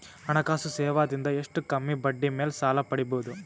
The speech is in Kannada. ಹಣಕಾಸು ಸೇವಾ ದಿಂದ ಎಷ್ಟ ಕಮ್ಮಿಬಡ್ಡಿ ಮೇಲ್ ಸಾಲ ಪಡಿಬೋದ?